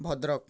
Bhadrak